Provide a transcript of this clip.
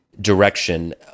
direction